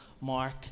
mark